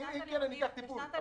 אם כן, אקח טיפול.